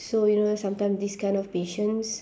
so you know sometimes this kind of patients